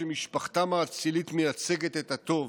שמשפחתם האצילית מייצגת את הטוב,